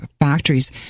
factories